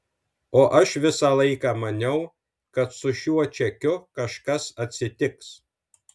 o aš visą laiką maniau kad su šiuo čekiu kažkas atsitiks